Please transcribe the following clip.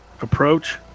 approach